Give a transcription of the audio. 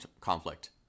conflict